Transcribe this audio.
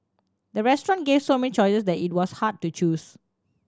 the restaurant gave so many choices that it was hard to choose